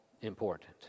important